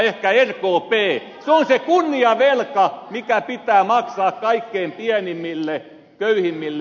se on se kunniavelka mikä pitää maksaa kaikkein pienimmille köyhimmille